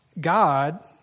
God